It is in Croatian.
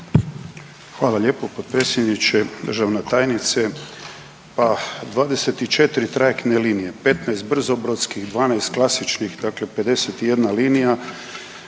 Hvala lijepo potpredsjedniče. Državna tajnice. Pa 24 trajektne linije, 15 brzobrodskih, 12 klasičnih dakle 51 linija,